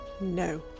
no